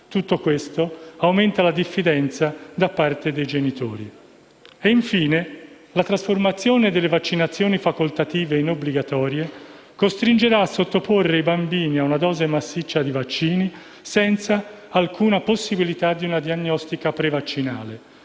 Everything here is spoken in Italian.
Tutto questo aumenta la diffidenza da parte dei genitori. Infine la trasformazione delle vaccinazioni facoltative in obbligatorie costringerà a sottoporre i bambini ad una dose massiccia di vaccini, senza alcuna possibilità di una diagnostica prevaccinale,